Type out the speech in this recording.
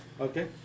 Okay